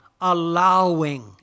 Allowing